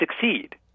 succeed